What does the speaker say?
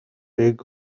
dig